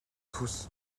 tous